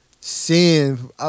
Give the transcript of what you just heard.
seeing